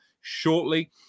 shortly